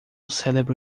cérebro